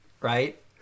Right